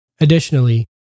Additionally